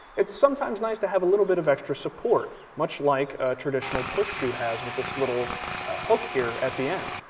it's sometimes nice to have a little bit of extra support much like a traditional push shoe has with this little hook here at the end.